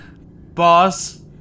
boss